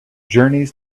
journeys